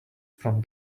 from